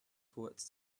towards